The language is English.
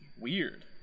Weird